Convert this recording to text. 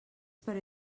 per